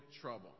trouble